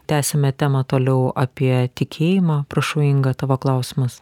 tęsiame temą toliau apie tikėjimą prašau inga tavo klausimas